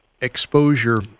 exposure